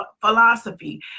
philosophy